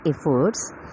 efforts